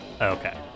okay